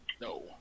No